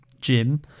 Jim